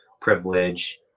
privilege